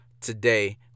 today